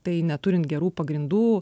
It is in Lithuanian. tai neturint gerų pagrindų